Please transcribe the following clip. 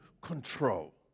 control